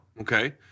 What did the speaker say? okay